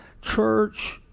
church